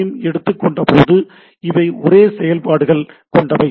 ஐ எடுத்துக்கொண்ட போது இவை ஒரே செயல்பாடுகள் கொண்டவை